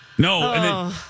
No